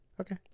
Okay